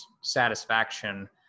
satisfaction